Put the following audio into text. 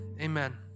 Amen